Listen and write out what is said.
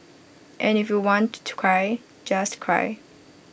and if you want to cry just cry